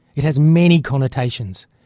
it has many connotations.